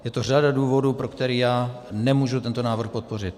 Je to řada důvodů, pro které já nemůžu tento návrh podpořit.